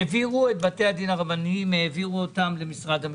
העבירו את בתי הדין הרבניים למשרד המשפטים.